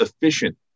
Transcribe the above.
efficient